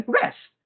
rest